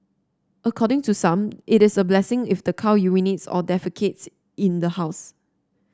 according to some it is a blessing if the cow urinates or defecates in the house